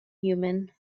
human